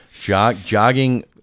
jogging